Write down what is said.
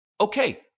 Okay